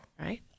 Right